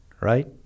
right